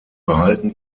behalten